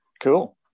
Cool